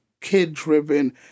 kid-driven